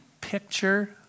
picture